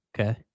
Okay